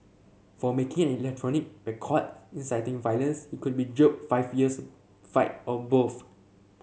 for making an electronic record inciting violence he could be jailed five years fined or both